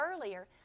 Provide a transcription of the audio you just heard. earlier